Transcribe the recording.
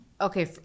okay